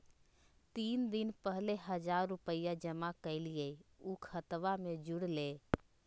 तीन दिन पहले हजार रूपा जमा कैलिये, ऊ खतबा में जुरले?